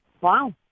Wow